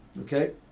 okay